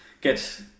get